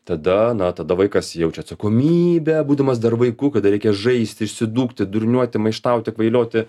tada na tada vaikas jaučia atsakomybę būdamas dar vaiku kada reikia žaisti išsidūkti durniuoti maištauti kvailioti